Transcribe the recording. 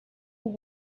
who